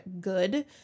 good